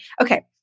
okay